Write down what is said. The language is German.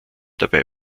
dabei